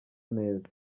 neza